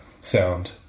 sound